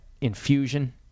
infusion